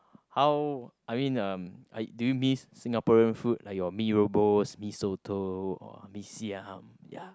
how I mean uh do you miss Singaporean food like your Mee-Rebus Mee-Soto or Mee-Siam ya